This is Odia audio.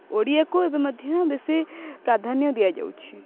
ଓଡ଼ିଆକୁ ଏବେ ମଧ୍ୟ ବେଶୀ ପ୍ରାଧାନ୍ୟ ଦିଆଯାଉଛି